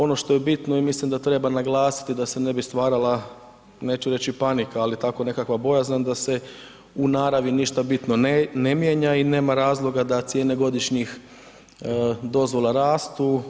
Ono što je bitno i mislim da treba naglasiti da se ne bi stvarala, neću reći panika, ali tako nekakva bojazan da se u naravi ništa bitno ne mijenja i nema razloga da cijene godišnjih dozvola rastu.